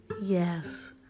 Yes